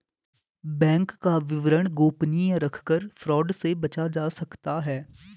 bank का विवरण गोपनीय रखकर फ्रॉड से बचा जा सकता है